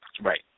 Right